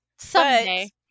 Someday